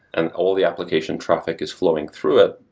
and all the application traffic is flowing through it.